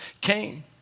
came